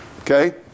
Okay